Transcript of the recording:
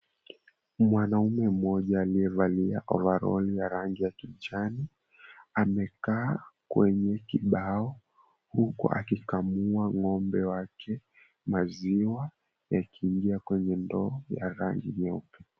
Mwanaume mmoja aliyevalia ovaroli ya rangi ya kijani amekaa kwenye kibao huku akikamua ng'ombe wake maziwa yakiingia kwenye ndoo ya rangi nyeupe.